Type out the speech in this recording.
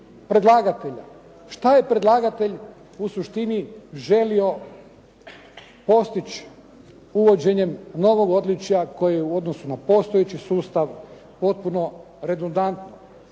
predlagatelja? Šta je predlagatelj u suštini želio postići uvođenjem novog odličja koji je u odnosu na postojeći sustav potpuno redundantan.